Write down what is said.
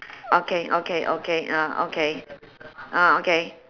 okay okay okay ah okay ah okay